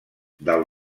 del